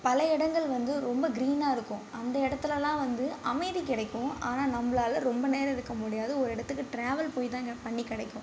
பல இடங்கள் வந்து ரொம்ப க்ரீனாக இருக்கும் அந்த இடத்துலலாம் வந்து அமைதி கிடைக்கும் ஆனால் நம்மளால் ரொம்ப நேரம் இருக்க முடியாது ஒரு இடத்துக்கு ட்ராவல் போய்தாங்க பண்ணி கிடைக்கும்